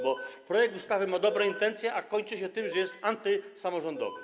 Bo projekt ustawy ma dobre intencje, a kończy się tym, że jest antysamorządowy.